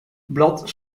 blad